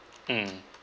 mm